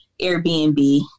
Airbnb